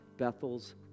Bethel's